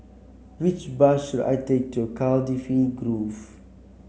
which bus should I take to Cardifi Grove